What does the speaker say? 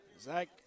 zach